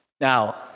Now